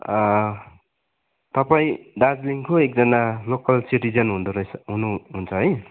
तपाईँ दार्जिलिङको एकजना लोकल सिटिजन हुँदोरहेछ हुनुहुन्छ है